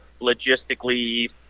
logistically